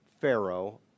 Pharaoh